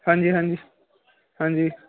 ਹਾਂਜੀ ਹਾਂਜੀ ਹਾਂਜੀ